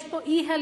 יש פה אי-הלימה,